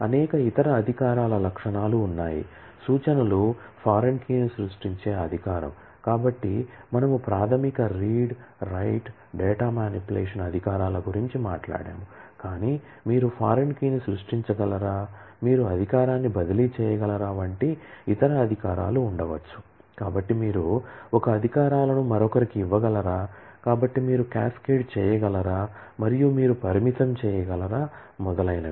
అనేక ఇతర అధికారాల లక్షణాలు ఉన్నాయి సూచనలు ఫారిన్ కీ చేయగలరా మరియు మీరు పరిమితం చేయగలరా మొదలైనవి